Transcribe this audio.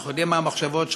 אנחנו יודעים מה המחשבות שלך,